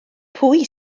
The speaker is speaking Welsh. pwy